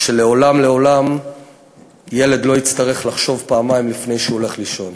ושלעולם לעולם ילד לא יצטרך לחשוב פעמיים לפני שהוא הולך לישון.